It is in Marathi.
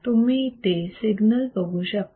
तुम्ही इथे सिग्नल बघू शकता